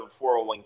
401k